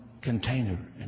container